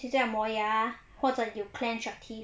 你睡觉磨牙或者 you clench your teeth